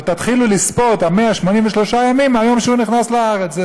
אבל תתחילו לספור את 183 הימים מהיום שהוא נכנס לארץ.